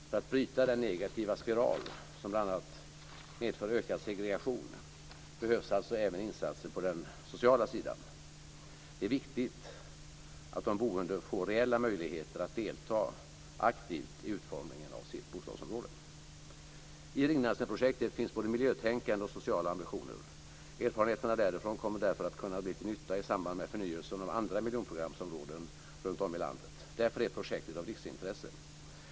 För att bryta den negativa spiral som bl.a. medför ökad segregation behövs alltså även insatser på den sociala sidan. Det är viktigt att de boende får reella möjligheter att delta aktivt i utformningen av sitt bostadsområde. I Ringdansenprojektet finns både miljötänkande och sociala ambitioner. Erfarenheterna därifrån kommer därför att kunna bli till nytta i samband med förnyelsen av andra miljonprogramsområden runt om i landet. Därför är projektet av riksintresse.